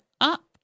up